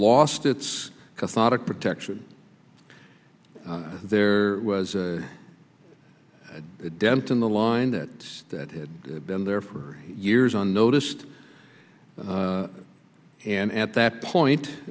lost its cathartic protection there was a dent in the line that that had been there for years and noticed and at that point